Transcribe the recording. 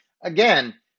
Again